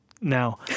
Now